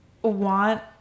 want